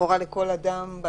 לכאורה לכל אדם,